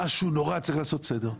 משהו נורא, צריך לעשות סדר.